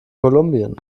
kolumbien